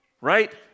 Right